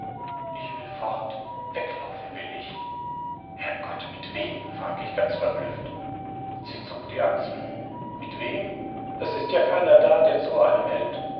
ich will fort weglaufen will ich herr gott mit wem frag ich ganz verblüfft sie zuckt die achseln mit wem es ist ja keiner da der zu einem hält